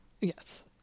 Yes